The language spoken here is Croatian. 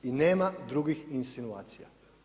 I nema drugih insinuacija.